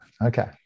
Okay